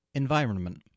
Environment